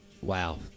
wow